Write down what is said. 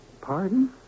Pardon